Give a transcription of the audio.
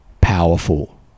powerful